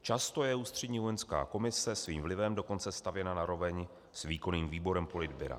Často je Ústřední vojenská komise svým vlivem dokonce stavěna na roveň s Výkonným výborem Politbyra.